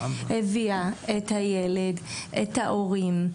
הביאה את הילד ואת ההורים.